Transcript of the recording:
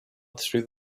through